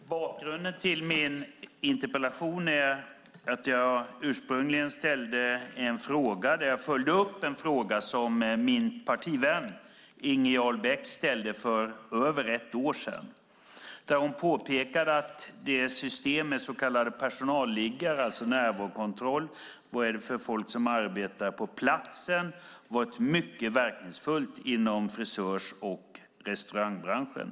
Herr talman! Bakgrunden till min interpellation är att jag ursprungligen ställde en fråga där jag följde upp en fråga som min partivän Inger Jarl Beck ställde för över ett år sedan. Där påpekade hon att systemet med så kallade personalliggare, alltså närvarokontroll - vad det är för folk som arbetar på platsen - har varit mycket verkningsfullt inom frisör och restaurangbranscherna.